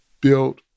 built